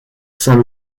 saint